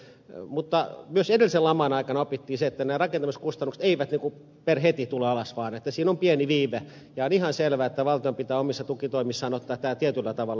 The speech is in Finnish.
mutta myös edellisen laman aikana opittiin se että nämä rakentamiskustannukset eivät per heti tule alas vaan että siinä on pieni viive ja on ihan selvää että valtion pitää omissa tukitoimissaan ottaa tämä tietyllä tavalla huomioon